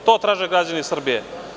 To traže građani Srbije.